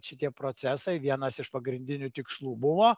šitie procesai vienas iš pagrindinių tikslų buvo